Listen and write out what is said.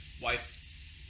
wife